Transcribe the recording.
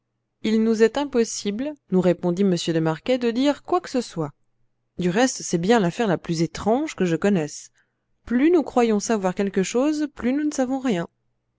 il nous est impossible nous répondit m de marquet de dire quoi que ce soit du reste c'est bien l'affaire la plus étrange que je connaisse plus nous croyons savoir quelque chose plus nous ne savons rien